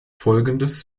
folgendes